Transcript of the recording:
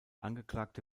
angeklagte